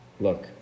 Look